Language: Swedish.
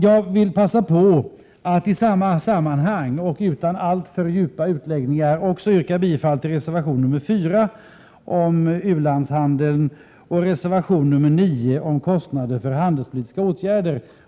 Jag vill passa på att i detta sammanhang och utan alltför djupa utläggningar också yrka bifall till reservationen 4 om u-landshandeln och reservation 9 om kostnader för handelspolitiska åtgärder.